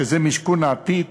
שזה משכון העתיד,